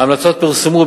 ההמלצות פורסמו,